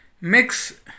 Mix